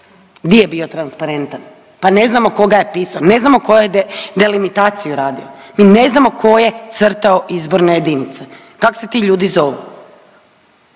Di je bio transparentan, pa ne znamo tko ga je pisao, ne znamo tko je delimitaciju radio, mi ne znamo tko je crtao izborne jedinice, kak se ti ljudi zovu